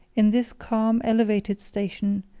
in this calm, elevated station,